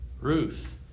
Ruth